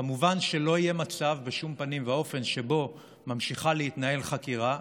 כמובן שלא יהיה בשום פנים ואופן מצב שבו ממשיכה להתקיים חקירה,